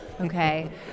Okay